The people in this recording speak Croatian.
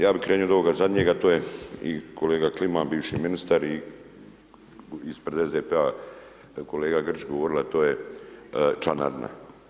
Ja bi krenio od ovog zadnjega to je i kolega Kliman, bivši ministar i ispred SDP-a kolega Grčić govorili a to je članarina.